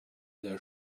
there